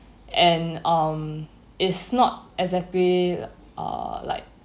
and um is not exactly err like